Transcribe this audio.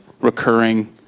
recurring